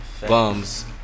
bums